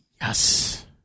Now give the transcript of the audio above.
yes